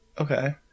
Okay